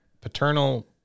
paternal